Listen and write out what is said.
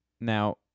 now